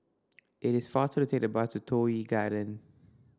it is faster to take the bus to Toh Yi Garden